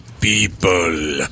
people